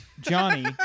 johnny